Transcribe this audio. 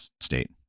state